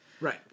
right